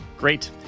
Great